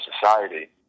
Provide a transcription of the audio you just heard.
society